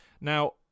Now